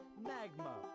magma